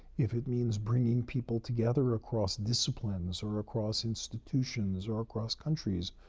if it means bringing people together across disciplines or across institutions or across countries,